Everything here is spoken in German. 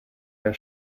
der